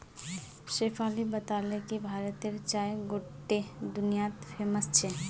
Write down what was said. शेफाली बताले कि भारतेर चाय गोट्टे दुनियात फेमस छेक